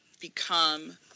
become